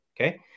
Okay